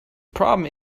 problem